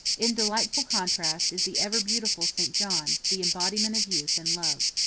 in delightful contrast is the ever beautiful st. john, the embodiment of youth and love.